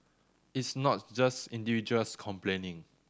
it's not just individuals complaining